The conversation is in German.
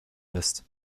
lässt